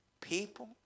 people